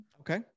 Okay